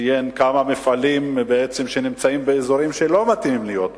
שציין כמה מפעלים שבעצם נמצאים באזורים שלא מתאימים להיות מקומם.